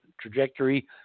trajectory